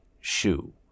shoe